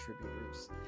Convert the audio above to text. contributors